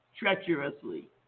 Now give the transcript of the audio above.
treacherously